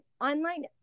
Online